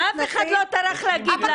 ואף אחד לא טרח להגיד לנו.